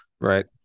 Right